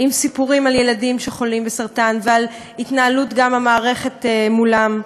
עם סיפורים על ילדים שחולים בסרטן ועל ההתנהלות של המערכת מולם.